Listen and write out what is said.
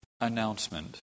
announcement